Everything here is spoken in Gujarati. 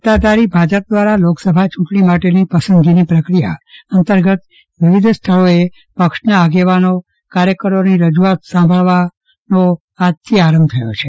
સત્તાધારી ભાજપ દ્વારા લોકસભા યુંટણી માટેની પસંદગી પ્રક્રિયા અંતર્ગત વિવિધ પક્ષના આગેવાનો કાર્યકરોથી રજૂઆત સંભાળવાનો આજથી પ્રારંભ થયો છે